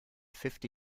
fifty